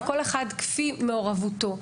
כל אחד כפי מעורבותו,